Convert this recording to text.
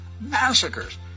massacres